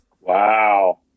Wow